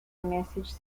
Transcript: message